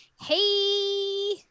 hey